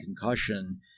concussion